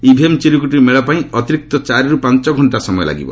EVM ଚିରକ୍ରଟି ମେଳ ପାଇଁ ଅତିରିକ୍ତ ଚାରିରୁ ପାଞ୍ଚ ଘଣ୍ଟା ସମୟ ଲାଗିବ